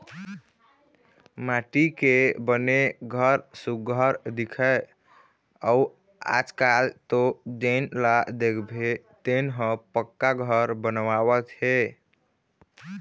माटी के बने घर सुग्घर दिखय अउ आजकाल तो जेन ल देखबे तेन ह पक्का घर बनवावत हे